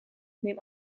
neem